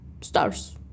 Stars